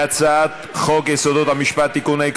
להצעת חוק יסודות המשפט (תיקון,